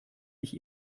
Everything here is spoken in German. ich